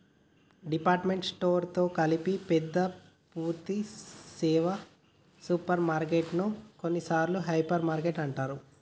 department store తో కలిపి పెద్ద పూర్థి సేవ సూపర్ మార్కెటు ను కొన్నిసార్లు హైపర్ మార్కెట్ అంటారు